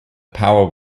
power